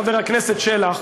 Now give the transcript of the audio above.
חבר הכנסת שלח,